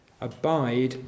Abide